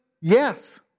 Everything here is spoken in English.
Yes